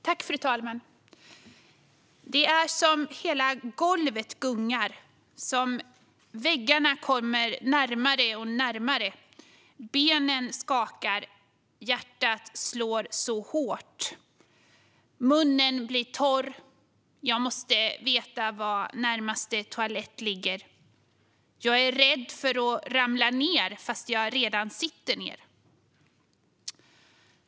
Fru talman! Det är som om hela golvet gungar och väggarna kommer närmare och närmare. Benen skakar, hjärtat slår så hårt och munnen blir torr. Jag måste veta var närmaste toalett ligger. Jag är rädd för att ramla ned fastän jag redan sitter ned.